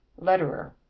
letterer